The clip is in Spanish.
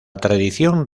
tradición